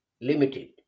limited